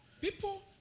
People